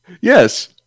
Yes